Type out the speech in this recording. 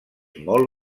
molt